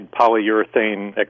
polyurethane